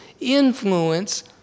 influence